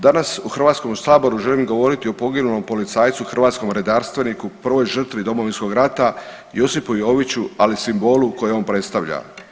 Danas u Hrvatskom saboru želim govoriti o poginulom policajcu, hrvatskom redarstveniku, prvoj žrtvi Domovinskog rata, Josipu Joviću ali i simbolu koji on predstavlja.